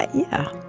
yeah